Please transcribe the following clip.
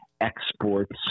exports